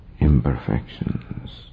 imperfections